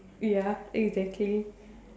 ya exactly